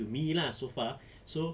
to me lah so far so